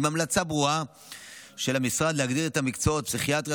עם המלצה ברורה של המשרד להגדיר את המקצועות פסיכיאטריה